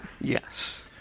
Yes